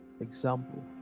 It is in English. example